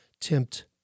tempt